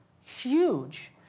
huge